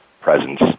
presence